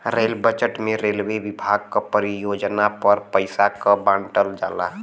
rail budget में railway विभाग क परियोजना पर पइसा क बांटल जाला